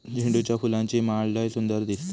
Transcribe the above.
झेंडूच्या फुलांची माळ लय सुंदर दिसता